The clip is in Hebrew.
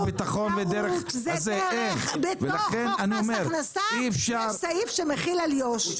הביטחון --- בתוך מס הכנסה יש סעיף שמחיל על יו"ש.